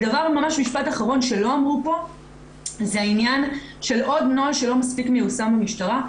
משפט אחרון שלא אמרו פה זה העניין של עוד נוהל שלא מספיק מיושם במשטרה,